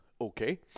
okay